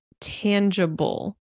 tangible